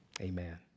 amen